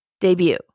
debut